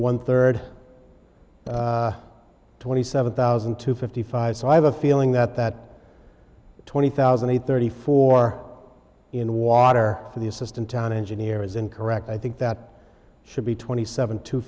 one third twenty seven thousand to fifty five so i have a feeling that that twenty thousand and thirty four in the water for the assistant town engineer is incorrect i think that should be twenty seven t